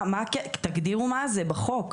תגדירו מה זה בחוק.